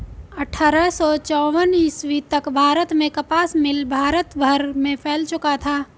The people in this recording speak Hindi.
अट्ठारह सौ चौवन ईस्वी तक भारत में कपास मिल भारत भर में फैल चुका था